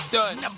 done